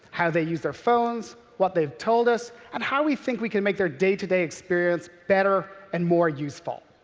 how they use their phones, what they've told us, and how we think we can make their day-to-day experience better and more useful.